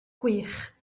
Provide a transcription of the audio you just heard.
gwych